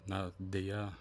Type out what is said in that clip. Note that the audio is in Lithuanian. na deja